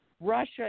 Russia